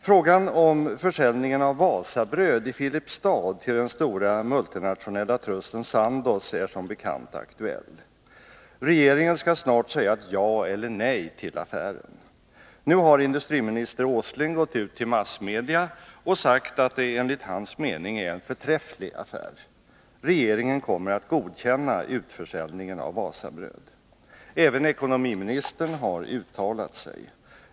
Frågan om försäljningen av Wasabröd i Filipstad till det stora multinationella trusten Sandoz är som bekant aktuell. Regeringen skall snart säga ett ja eller nej till affären. Nu har industriminister Åsling gått ut till massmedia och sagt att det enligt hans mening är en förträfflig affär. Regeringen kommer att godkänna utförsäljningen av Wasabröd. Även ekonomiministern har uttalat sig.